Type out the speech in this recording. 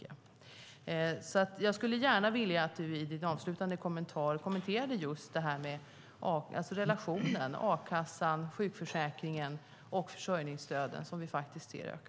Jag skulle gärna vilja att du i din avslutande replik kommenterade just relationen mellan a-kassan, sjukförsäkringen och försörjningsstöden, som vi ser öka.